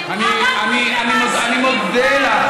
אני מודה לך,